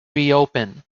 reopen